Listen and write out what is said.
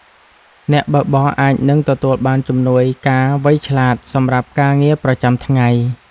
អ្នកបើកបរអាចនឹងទទួលបានជំនួយការវៃឆ្លាត សម្រាប់ការងារប្រចាំថ្ងៃ។